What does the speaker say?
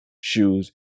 shoes